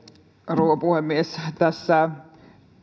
rouva puhemies tässä